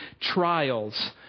trials